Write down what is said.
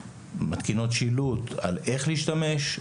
איך להשתמש,